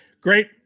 great